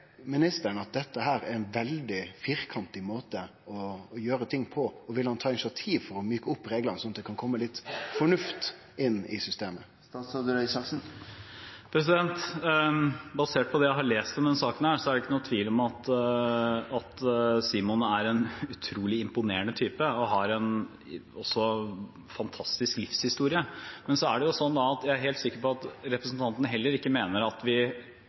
ministeren at dette er ein veldig firkanta måte å gjere ting på? Vil han ta initiativ for å mjuke opp reglane, slik at det kjem litt fornuft inn i systemet? Basert på det som jeg har lest om denne saken, er det ikke noen tvil om at Simon er en utrolig imponerende type og har en fantastisk livshistorie. Men så er det sånn at jeg er helt sikker på at representanten heller ikke mener at vi